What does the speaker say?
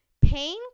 pain